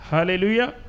Hallelujah